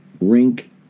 Rink